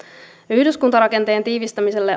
yhdyskuntarakenteen tiivistämisellä